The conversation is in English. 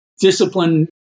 discipline